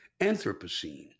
Anthropocene